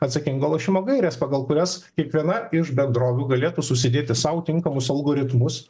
atsakingo lošimo gairės pagal kurias kiekviena iš bendrovių galėtų susidėti sau tinkamus algoritmus